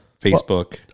Facebook